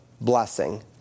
blessing